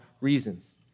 reasons